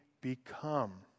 become